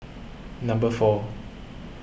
number four